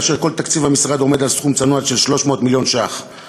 כאשר כל תקציב המשרד עומד על סכום צנוע של 300 מיליון שקלים,